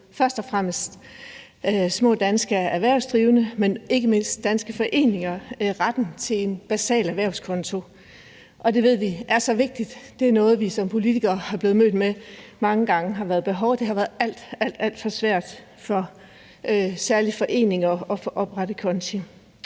først og fremmest små danske erhvervsdrivende, men ikke mindst danske foreninger, retten til en basal erhvervskonto. Det ved vi er så vigtigt. Det er noget, vi som politikere er blevet mødt med mange gange har været et behov, og det har været alt, alt for svært for særlig foreninger at oprette konti.